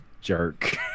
jerk